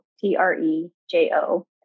T-R-E-J-O